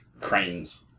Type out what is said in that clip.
cranes